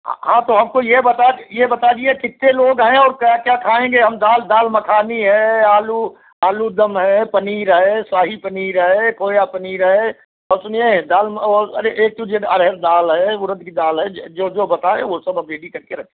हाँ तो हमको ये बता ये बताइए कित्ते लोग है और क्या क्या खाएंगे हम दाल दाल मखनी है आलू आलू दम है पनीर है शाही पनीर है सोया पनीर है और सुनिए दाल म्अ अरे ए टू जेड अरहर दाल है उड़द कि दाल है जो जो बताएं वो सब हम रेडी करके रख